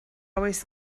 always